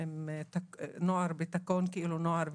עם נוער בתקון, נערים ונערות.